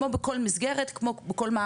כמו בכל מסגרת,